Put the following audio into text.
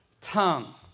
tongue